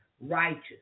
righteous